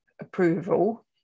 approval